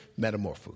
Metamorpho